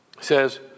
says